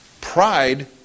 Pride